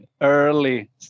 early